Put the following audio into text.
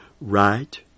right